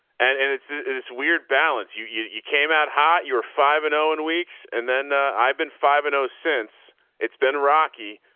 and and it's this weird balance. you, you, you came out hot, you were five and o and weeks, and then i've been five and oh, since it's been rocky,